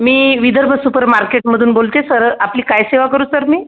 मी Vidarbha super मार्केटमधून बोलत आहे सर आपली काय सेवा करू सर मी